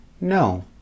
no